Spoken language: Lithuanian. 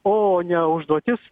o ne užduotis